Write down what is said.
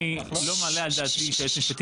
אני לא מעלה על דעתי שהיועץ המשפטי